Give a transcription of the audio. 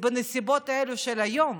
בנסיבות האלה של היום.